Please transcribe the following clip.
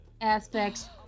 aspects